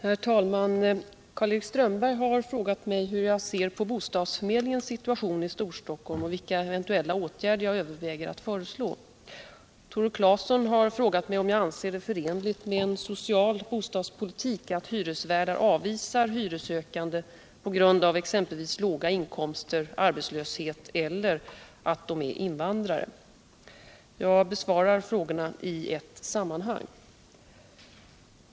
Herr talman! Karl-Erik Strömberg har frågat mig hur jag ser på bostadsförmedlingens situation i Storstockholm och vilka eventuella åtgärder jag överväger att föreslå. Tore Claeson har frågat mig om jag anser det förenligt med en social bostadspolitik att hyresvärdar avvisar hyressökande på grund av exempelvis deras låga inkomster eller arbetslöshet eller därför att de är invandrare. Jag besvarar frågorna i ett sammanhang.